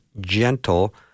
gentle